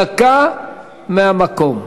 דקה מהמקום.